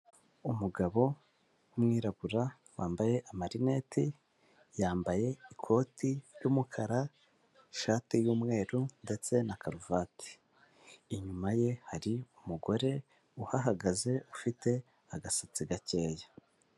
Umugabo w'umwirabura, wambaye amarinete, yambaye ikoti ry'umukara, ishati y'umweru, ndetse na karuvati. Inyuma ye hari umugore uhahagaze ufite agasatsi gakeya.